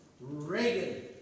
Reagan